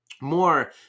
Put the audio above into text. more